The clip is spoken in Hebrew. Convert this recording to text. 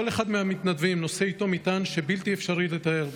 כל אחד מהמתנדבים נושא איתו מטען שבלתי אפשרי לתאר,